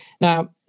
now